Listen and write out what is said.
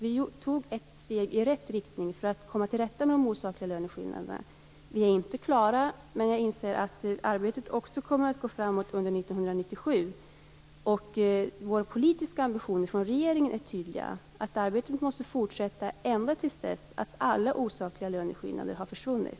Vi tog ett steg i rätt riktning för att komma till rätta med de osakliga löneskillnaderna. Vi är inte klara, men jag inser att arbetet också kommer att gå framåt under 1997. Regeringens politiska ambition är tydlig. Arbetet måste fortsätta ända till dess att alla osakliga löneskillnader har försvunnit.